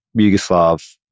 Yugoslav